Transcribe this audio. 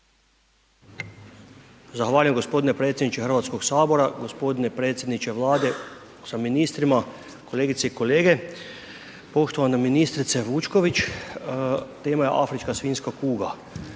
Zahvaljujem g. predsjedniče HS, g. predsjedniče Vlade sa ministrima, kolegice i kolege, poštovana ministrice Vučković, tema je afrička svinjska kuga,